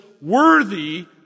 worthy